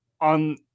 on